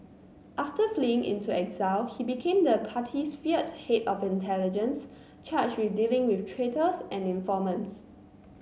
after fleeing into exile he became the party's feared head of intelligence charged with dealing with traitors and informants